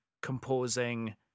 composing